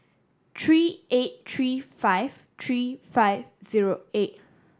three eight three five three five zero eight